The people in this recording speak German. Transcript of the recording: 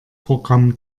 programm